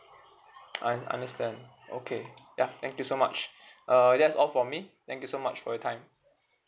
I understand okay ya thank you so much err that's all for me thank you so much for your time